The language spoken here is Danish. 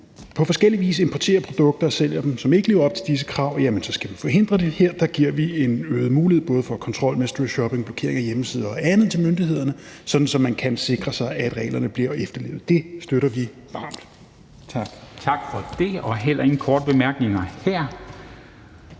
på forskellig vis importerer og sælger produkter, som ikke lever op til disse krav, så skal vi forhindre det. Her giver vi en øget mulighed for både kontrol med webshopping, blokering af hjemmesider og andet til myndighederne, sådan at man kan sikre sig, at reglerne bliver efterlevet. Det støtter vi varmt. Kl. 10:28 Formanden (Henrik Dam